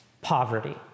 Poverty